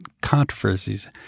controversies